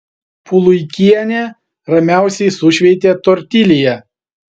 puluikienė ramiausiai sušveitė tortilją